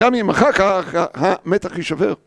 גם אם אחר כך המתח יישבר